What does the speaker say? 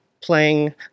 playing